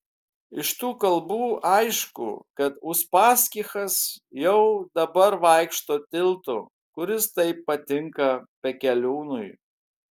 iš tų kalbų aišku kad uspaskichas jau dabar vaikšto tiltu kuris taip patinka pekeliūnui